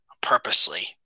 purposely